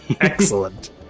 Excellent